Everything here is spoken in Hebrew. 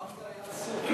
פעם זה היה אסור.